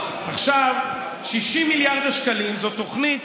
60 מיליארד השקלים, זו תוכנית